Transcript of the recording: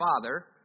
father